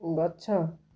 ଗଛ